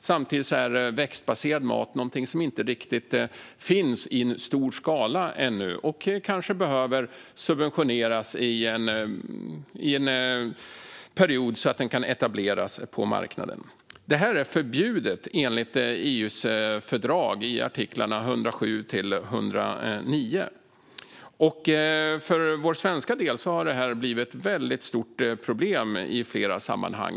Samtidigt är växtbaserad mat något som inte riktigt finns i stor skala ännu och som kanske behöver subventioneras under en period så att den kan etableras på marknaden. Detta är förbjudet enligt artiklarna 107-109 i EU:s fördrag. För vår svenska del har detta blivit ett stort problem i flera sammanhang.